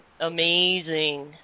amazing